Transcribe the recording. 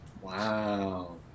Wow